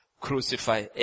Crucify